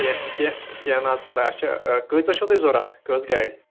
کیٚہ کیٚہ کیٚنٛہہ نہَ حظ پَرواے اَچھا کۭتِس چھُو تۄہہِ ضروٗرت کٔژ گاڑِ